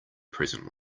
present